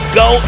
go